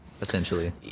essentially